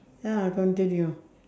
ya continue